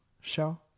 show